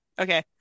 Okay